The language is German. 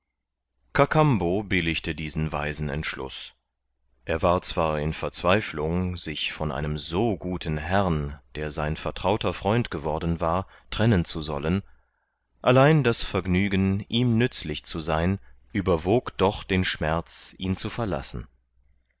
kakambo billigte diesen weisen entschluß er war zwar in verzweiflung sich von einem so guten herrn der sein vertrauter freund geworden war trennen zu sollen allein das vergnügen ihm nützlich zu sein überwog doch den schmerz ihn zu verlassen